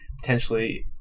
potentially